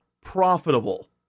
profitable